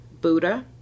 Buddha